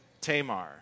Tamar